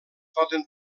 poden